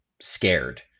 scared